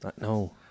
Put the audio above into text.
No